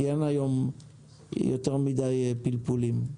כי אין היום יותר מדי פלפולים.